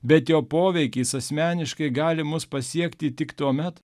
bet jo poveikis asmeniškai gali mus pasiekti tik tuomet